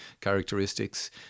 characteristics